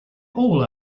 all